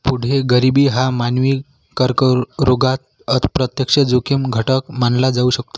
पुढे गरिबी हा मानवी कर्करोगात अप्रत्यक्ष जोखीम घटक मानला जाऊ शकतो